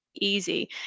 Easy